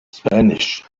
spanish